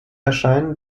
erscheinen